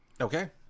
Okay